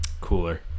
cooler